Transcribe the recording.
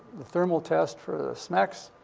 the thermal test for the smex,